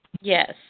Yes